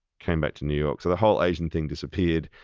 came back to new york, so the whole asian thing disappeared.